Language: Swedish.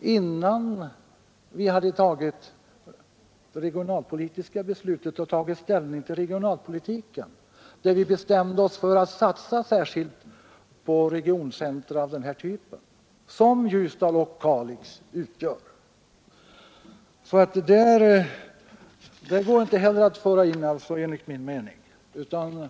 innan vi hade tagit ställning till regionalpolitiken och fattat det regionalpolitiska beslutet. 1972 bestämde vi oss för att satsa särskilt på regioncentra av typen Ljusdal och Kalix. Enligt min mening går det alltså inte heller att anföra det som exempel i detta fall.